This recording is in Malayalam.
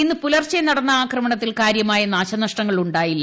ഇന്ന് പുലർച്ചെ നടന്ന ആക്രമണത്തിൽ കാര്യമായ നാശനഷ്ടങ്ങൾ ഉണ്ടായില്ല